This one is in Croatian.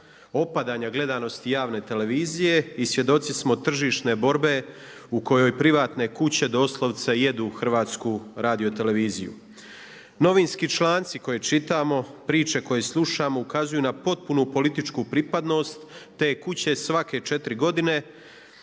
opadanja gledanosti javne televizije i svjedoci smo tržišne borbe u kojoj privatne kuće doslovce jedu Hrvatsku radioteleviziju. Novinski članci koje čitamo, priče koje slušamo ukazuju na potpunu političku pripadnost te kuće svake četiri godine